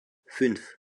fünf